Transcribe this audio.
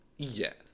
Yes